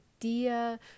idea